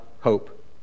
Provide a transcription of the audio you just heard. hope